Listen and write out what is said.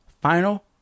Final